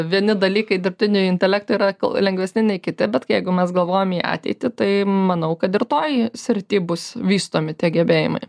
vieni dalykai dirbtinio intelekto yra lengvesni nei kiti bet kai jeigu mes galvojam į ateitį tai manau kad ir toj srity bus vystomi tie gebėjimai